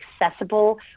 accessible